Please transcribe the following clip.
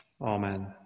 Amen